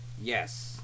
Yes